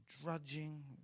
drudging